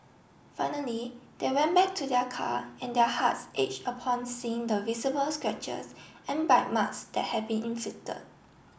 finally they went back to their car and their hearts aged upon seeing the visible scratches and bite marks that had been inflicted